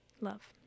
Love